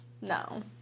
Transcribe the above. No